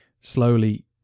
Slowly